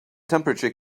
temperature